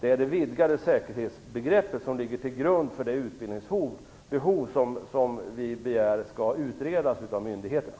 Det är det vidgade säkerhetsbegreppet som ligger till grund för det utbildningsbehov som vi begär skall utredas av myndigheterna.